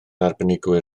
arbenigwyr